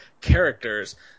characters